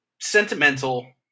sentimental